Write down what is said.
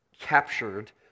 captured